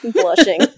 blushing